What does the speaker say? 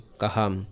kaham